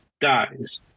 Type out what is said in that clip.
dies